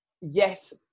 Yes